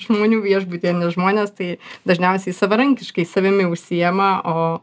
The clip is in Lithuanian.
žmonių viešbutyje nes žmonės tai dažniausiai savarankiškai savimi užsiėma o